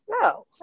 No